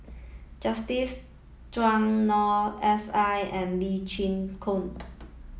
Justin Zhuang Noor S I and Lee Chin Koon